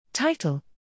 Title